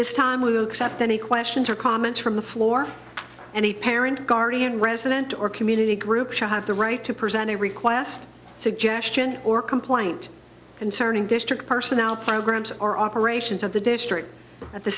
this time with accept any questions or comments from the floor and a parent guardian resident or community group should have the right to present a request suggestion or complaint concerning district personality programs or operations of the district at the